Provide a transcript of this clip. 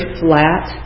flat